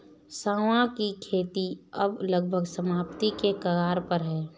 सांवा की खेती अब लगभग समाप्ति के कगार पर है